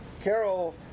Carol